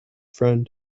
friend